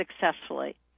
successfully